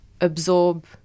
absorb